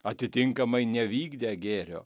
atitinkamai nevykdę gėrio